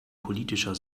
politischer